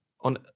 on